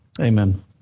Amen